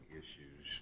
issues